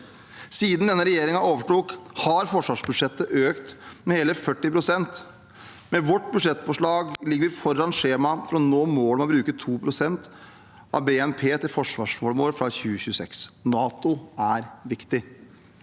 Siden denne regjeringen overtok, har forsvarsbudsjettet økt med hele 40 pst. Med vårt budsjettforslag ligger vi foran skjemaet for å nå målet om å bruke 2 pst. av BNP til forsvarsformål fra 2026 – NATO er viktig.